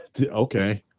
okay